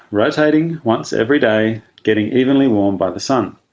rotating once every day, getting evenly warmed by the sun,